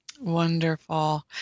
Wonderful